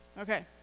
Okay